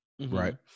right